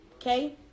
Okay